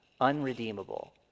unredeemable